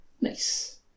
Nice